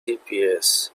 gps